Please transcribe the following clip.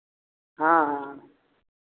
हाँ हाँ हाँ